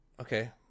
Okay